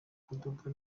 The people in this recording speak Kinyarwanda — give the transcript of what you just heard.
kudoda